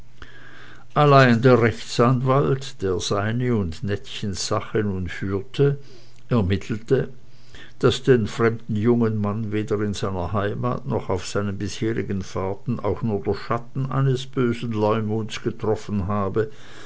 allein der rechtsanwalt der seine und nettchens sache nun führte ermittelte daß den fremden jungen mann weder in seiner heimat noch auf seinen bisherigen fahrten auch nur der schatten eines bösen leumunds getroffen habe